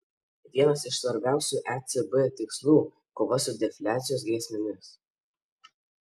vienas iš svarbiausių ecb tikslų kova su defliacijos grėsmėmis